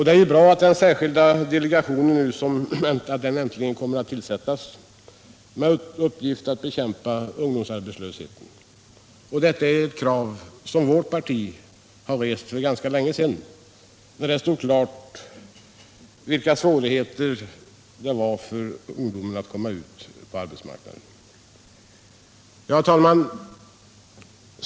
Det är ju bra att den särskilda ungdomsdelegationen nu äntligen kommer att tillsättas med uppgift att bekämpa ungdomsarbetslösheten. Det är ett krav som vårt parti reste för ganska länge sedan, då det stod klart vilka svårigheter ungdomen nu har att komma ut på arbetsmarknaden.